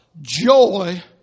Joy